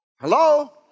Hello